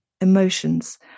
emotions